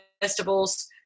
festivals